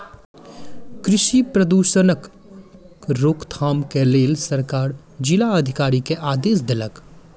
कृषि प्रदूषणक के रोकथाम के लेल सरकार जिला अधिकारी के आदेश देलक